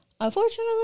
Unfortunately